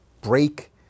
break